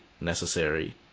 necessary